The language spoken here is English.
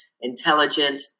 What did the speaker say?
intelligent